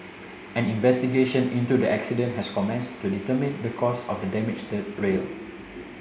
an investigation into the accident has commenced to determine the cause of the damaged third rail